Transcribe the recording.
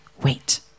wait